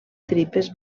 tripes